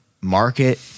market